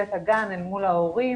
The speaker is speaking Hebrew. מנהלת הגן אל מול ההורים,